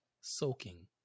soaking